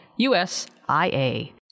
USIA